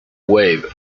wave